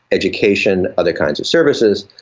education, other kinds of services.